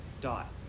dot